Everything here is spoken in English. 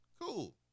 Cool